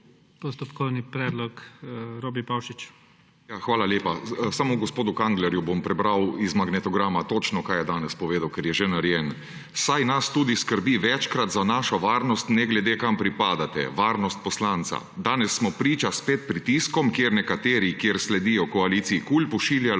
Postopkovni predlog, Robi Pavšič. ROBERT PAVŠIČ (PS LMŠ): Ja, hvala lepa. Samo gospodu Kanglerju bom prebral iz magnetograma točno, kaj je danes povedal, ker je že narejen: »Saj nas tudi skrbi večkrat za našo varnost ne glede, kam pripadate, varnost poslanca. Danes smo priča spet pritiskom, kjer nekateri, kjer sledijo koaliciji KUL, pošiljalo